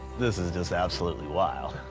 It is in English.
this is just absolutely wild.